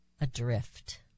adrift